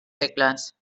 segles